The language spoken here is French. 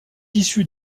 issu